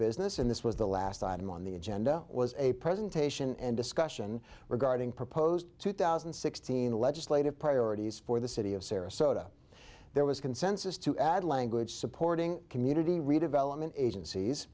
business and this was the last item on the agenda was a presentation and discussion regarding proposed two thousand and sixteen legislative priorities for the city of sarasota there was consensus to add language supporting community redevelopment agencies